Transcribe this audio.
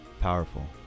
powerful